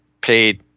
paid